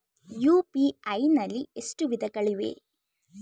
UPI ನಲ್ಲಿ ಎಷ್ಟು ವಿಧಗಳಿವೆ?